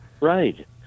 Right